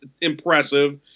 impressive